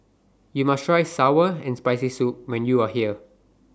YOU must Try Sour and Spicy Soup when YOU Are here